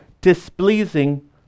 displeasing